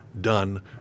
done